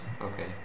Okay